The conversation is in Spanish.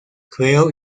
creo